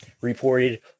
reported